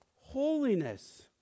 holiness